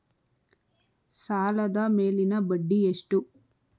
ಸಾಲದ ಮೇಲಿನ ಬಡ್ಡಿ ಎಷ್ಟು?